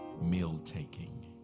meal-taking